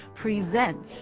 presents